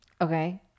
Okay